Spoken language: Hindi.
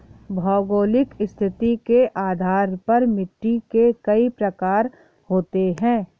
भौगोलिक स्थिति के आधार पर मिट्टी के कई प्रकार होते हैं